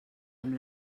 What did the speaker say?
amb